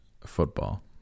football